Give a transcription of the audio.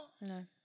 No